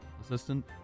assistant